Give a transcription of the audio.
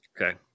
okay